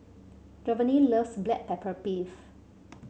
Jovanny loves Black Pepper Beef